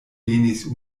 venis